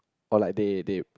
oh like they they